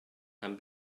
and